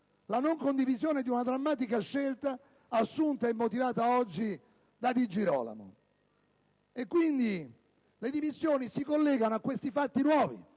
la non condivisione di una drammatica scelta assunta e motivata oggi da Di Girolamo. Quindi, le dimissioni si collegano a questi fatti nuovi